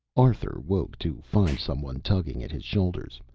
arthur woke to find some one tugging at his shoulders,